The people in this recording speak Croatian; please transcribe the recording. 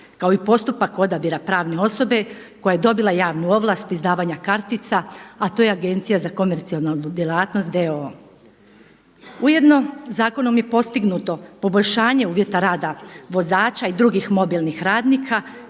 kao postupak odabira pravne osobe koja je dobila javnu ovlast izdavanja kartica, a to je Agencija za komercijalnu djelatnost d.o.o. Ujedno, zakonom je postignuto poboljšanje uvjeta rada vozača i drugih mobilnih radnika